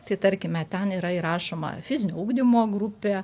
tai tarkime ten yra įrašoma fizinio ugdymo grupė